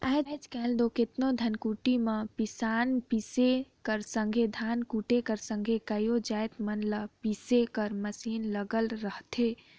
आएज काएल दो केतनो धनकुट्टी में पिसान पीसे कर संघे धान कूटे कर संघे कइयो जाएत मन ल पीसे कर मसीन लगल रहथे